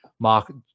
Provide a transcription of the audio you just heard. Mark